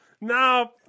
No